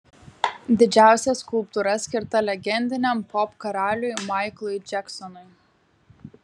didžiausia skulptūra skirta legendiniam popkaraliui maiklui džeksonui